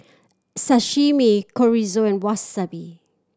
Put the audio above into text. Sashimi Chorizo and Wasabi